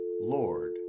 Lord